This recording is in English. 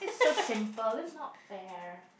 this is so simple that's not fair